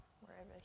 wherever